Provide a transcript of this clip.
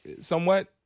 somewhat